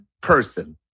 person